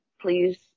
please